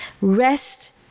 Rest